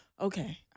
okay